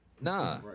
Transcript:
Nah